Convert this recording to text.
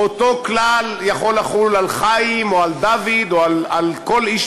אותו כלל יכול לחול על חיים או על דוד או על כל איש